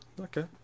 Okay